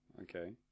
Okay